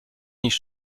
nicht